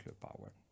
power